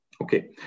Okay